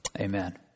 Amen